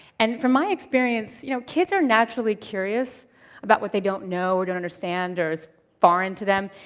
and, from my experience, you know, kids are naturally curious about what they don't know, or don't understand, or is foreign to them.